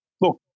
look